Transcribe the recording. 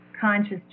conscious